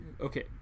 Okay